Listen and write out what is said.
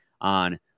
on